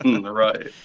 Right